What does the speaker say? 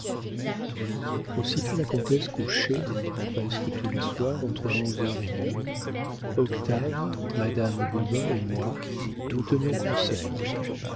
aussitôt la comtesse couchée presque tous les soirs entre onze heures et minuit octave madame gobain et moi nous tenions conseil